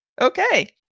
Okay